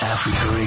Africa